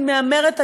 אני מהמרת,